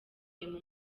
yitwaye